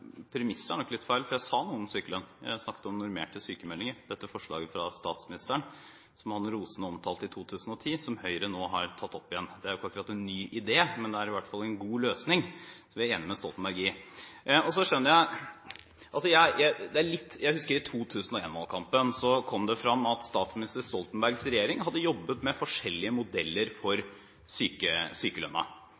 snakket om normerte sykemeldinger, dette forslaget fra statsministeren – som han rosende omtalte i 2010 – som Høyre nå har tatt opp igjen. Det er ikke akkurat en ny idé, men det er i hvert fall en god løsning, som vi er enig med Stoltenberg i. Jeg husker at i 2001-valgkampen kom det fram at statsminister Stoltenbergs regjering hadde jobbet med forskjellige modeller for